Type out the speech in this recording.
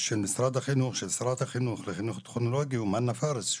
של משרד החינוך ושל שרת החינוך לחינוך טכנולוגי הוא מוהנא פארס,